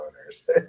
owners